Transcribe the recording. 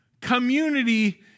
community